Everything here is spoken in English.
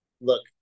look